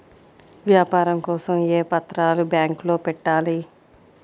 వ్యాపారం కోసం ఏ పత్రాలు బ్యాంక్లో పెట్టాలి?